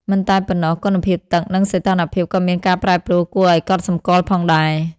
មិនតែប៉ុណ្ណោះ គុណភាពទឹក និងសីតុណ្ហភាពក៏មានការប្រែប្រួលគួរឱ្យកត់សម្គាល់ផងដែរ។